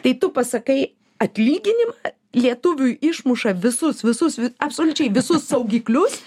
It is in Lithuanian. tai tu pasakai atlyginimą lietuviui išmuša visus visus absoliučiai visus saugiklius